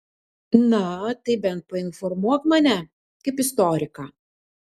na tai bent painformuok mane kaip istoriką